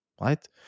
Right